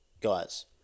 guys